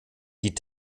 die